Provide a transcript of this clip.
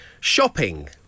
Shopping